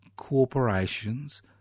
corporations